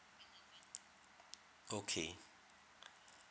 okay